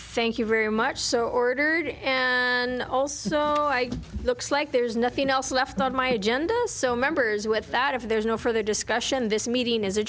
thank you very much so ordered and also i looks like there's nothing else left not my agenda so members with that if there's no further discussion this meeting is a